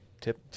tip